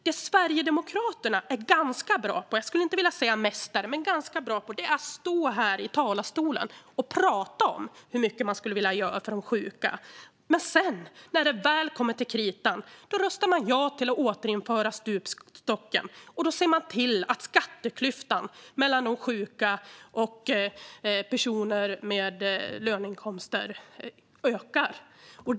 Det Sverigedemokraterna är ganska bra på - jag vill inte säga att de är mästare, men de är ganska bra på det - är att stå här i talarstolen och tala om hur mycket de skulle vilja göra för de sjuka. Men när det väl kommer till kritan röstar de ja till att återinföra stupstocken. Då ser de till att skatteklyftan mellan sjuka och personer med löneinkomster ökar.